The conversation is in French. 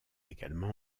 également